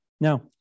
Now